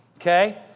Okay